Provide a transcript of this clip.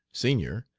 senior,